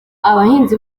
abahinzi